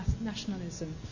nationalism